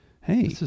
hey